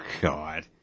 God